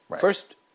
First